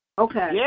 Okay